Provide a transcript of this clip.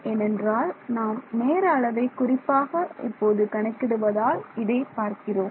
ஏனென்றால் நாம் நேர அளவை குறிப்பாக இப்போது கணக்கிடுவதால் இதை பார்க்கிறோம்